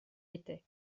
était